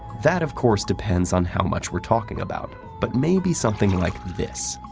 that, of course, depends on how much we're talking about, but maybe something like this.